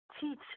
teach